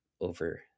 over